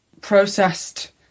processed